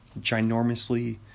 ginormously